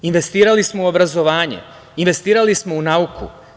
Investirali smo u obrazovanje, investirali smo u nauku.